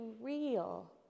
real